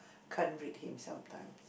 can't read him sometimes